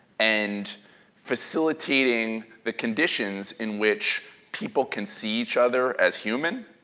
and facilitating the conditions in which people can see each other as human,